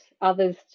others